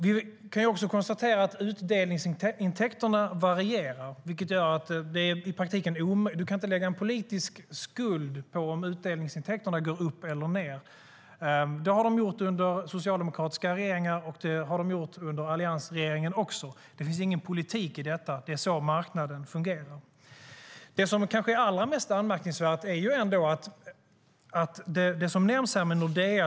Vi kan konstatera att även utdelningsintäkterna varierar, vilket i praktiken innebär att du inte kan lägga en politisk skuld på om utdelningsintäkterna går upp eller ned. Det har de gjort under socialdemokratiska regeringar och det har de gjort också under alliansregeringen. Det finns ingen politik i det. Det är så marknaden fungerar. Det kanske allra mest anmärkningsvärda är det som nämns om Nordea.